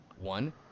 One